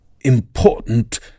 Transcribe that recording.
Important